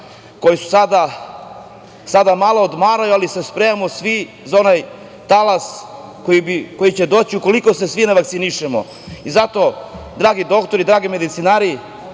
koji sada malo odmaraju, ali se spremamo svi za onaj talas koji će doći ukoliko se svi ne vakcinišemo. Zato dragi doktori, dragi medicinari,